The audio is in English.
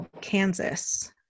kansas